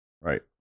right